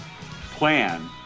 plan